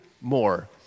more